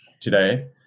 today